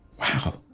Wow